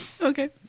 Okay